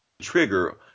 trigger